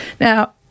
Now